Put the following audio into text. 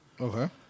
Okay